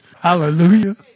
Hallelujah